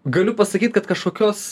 galiu pasakyt kad kašokios